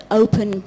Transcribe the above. open